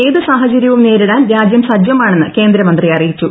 ഏത് സാഹചര്യവും നേരിടാൻ രാജ്യം സജ്ജമാണെന്ന് കേന്ദ്രമന്ത്രി അറിയിച്ചു